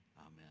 Amen